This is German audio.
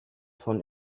von